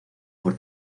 por